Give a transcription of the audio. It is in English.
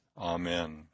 Amen